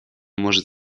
может